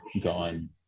gone